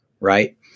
right